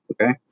Okay